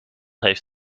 heeft